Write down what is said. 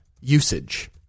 usage